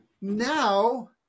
Now